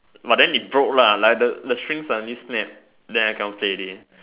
but then it broke lah like the the string suddenly snap then I cannot play already